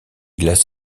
glaces